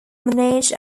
managed